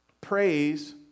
praise